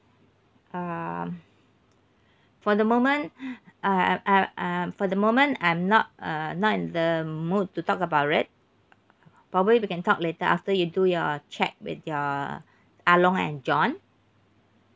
um for the moment I I'm um for the moment I'm not uh not in the mood to talk about it probably we can talk later after you do your check with your ah loong and john